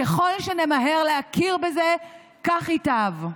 ככל שנמהר להכיר בזה כך ייטב.